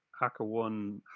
HackerOne